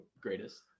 Greatest